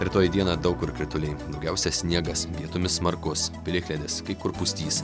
rytoj dieną daug kur krituliai daugiausia sniegas vietomis smarkus plikledis kai kur pustys